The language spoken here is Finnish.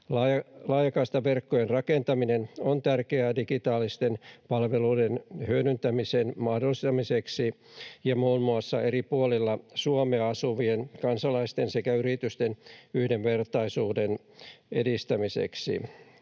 Laajakaistaverkkojen rakentaminen on tärkeää digitaalisten palveluiden hyödyntämisen mahdollistamiseksi ja muun muassa eri puolilla Suomea asuvien kansalaisten sekä yritysten yhdenvertaisuuden edistämiseksi.